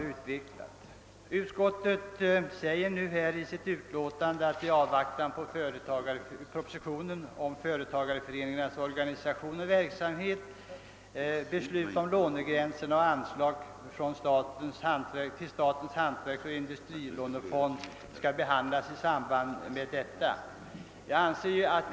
Utskottet framhåller i utlåtandet, att beslut om lånebeloppsgränserna och anslag till statens hantverksoch industrilånefond bör behandlas i samband med den väntade propositionen om företagareföreningarnas organisation och verksamhet.